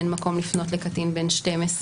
שאין מקום לפנות לקטין בן 12,